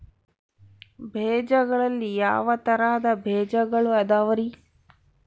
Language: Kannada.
ಬೇಜಗಳಲ್ಲಿ ಯಾವ ತರಹದ ಬೇಜಗಳು ಅದವರಿ?